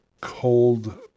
cold